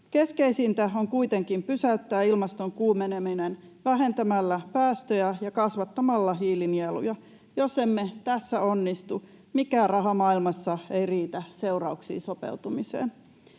Keskeisintä on kuitenkin pysäyttää ilmaston kuumeneminen vähentämällä päästöjä ja kasvattamalla hiilinieluja. Jos emme tässä onnistu, mikään raha maailmassa ei riitä seurauksiin sopeutumiseen.